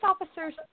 officers